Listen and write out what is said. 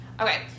Okay